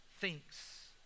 thinks